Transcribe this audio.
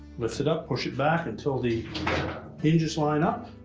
lift it up, push it back until the hinges line up.